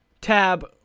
tab